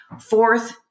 Fourth